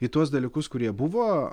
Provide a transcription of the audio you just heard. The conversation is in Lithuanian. į tuos dalykus kurie buvo